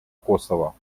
косово